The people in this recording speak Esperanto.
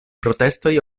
protestoj